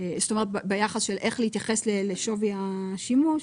זאת אומרת ביחס של איך להתייחס לשווי השימוש,